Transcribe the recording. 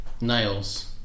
Nails